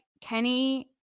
Kenny